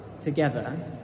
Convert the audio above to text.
together